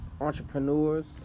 entrepreneurs